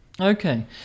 Okay